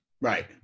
Right